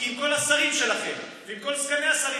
כי עם כל השרים שלכם ועם כל סגני השרים